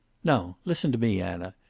now listen to me, anna.